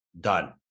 Done